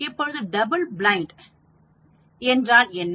இப்பொழுது double blind என்றால் என்ன